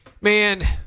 man